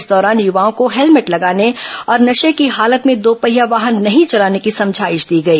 इस दौरान युवाओं को हेलमेट लगाने और नशे की हालत में दोपहिया वाहन नहीं चलाने की समझाईश दी गई